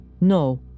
No